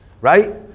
right